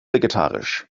vegetarisch